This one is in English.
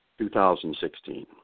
2016